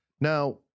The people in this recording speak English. Now